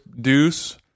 deuce